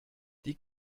die